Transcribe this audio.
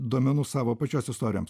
duomenų savo pačios istorijoms